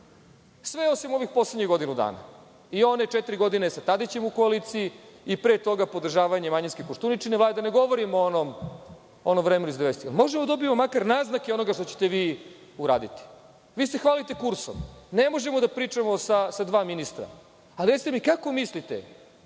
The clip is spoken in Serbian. Sve osim ovih poslednjih godinu dana, i one četiri godine sa Tadićem u koaliciji, i pre toga podražavanje manjinske Koštuničine Vlade, ne govorim o onom vremenu iz 90-ih. Možemo li da dobijemo makar naznake onoga što ćete vi uraditi? Vi se hvalite kursom. Ne možemo da pričamo sa dva ministra, a recite mi kako mislite